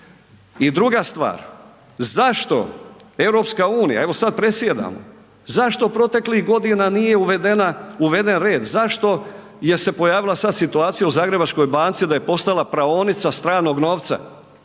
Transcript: I druga stvar zašto EU, evo sad predsjedamo, zašto proteklih godina nije uveden red, zašto je se pojavila sad situacija u Zagrebačkoj banci da je postala praonica stranog novca?